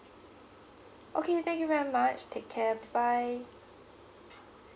okay thank you very much take care bye